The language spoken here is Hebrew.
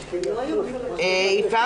שהשינוי עכשיו,